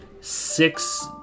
six